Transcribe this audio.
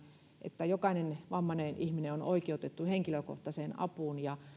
että jokainen vammainen ihminen on oikeutettu henkilökohtaiseen apuun